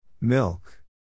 Milk